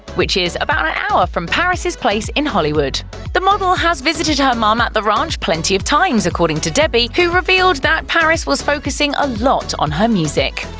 which is about an hour from paris' place in hollywood. the model has visited her mom at the ranch plenty of times, according to debbie, who revealed that paris was focusing a lot on her music.